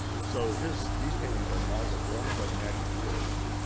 so his, these paintings are marvelous. they're almost like magic realism,